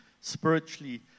spiritually